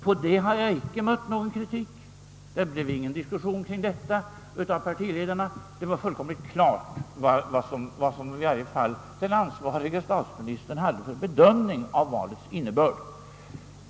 På denna punkt mötte jag inte heller någon kritik; partiledarna tog inte upp någon diskussion kring detta, och det var all deles klart hur den ansvarige statsministern bedömde valets innebörd.